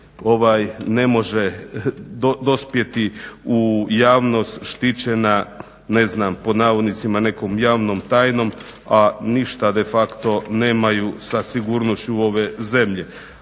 zemlji ne može dospjeti u javnost štićena ne znam "nekom javnom tajnom", a ništa de facto nemaju sa sigurnošću ove zemlje.